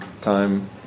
time